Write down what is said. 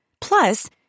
Plus